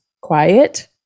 quiet